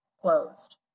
closed